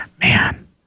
man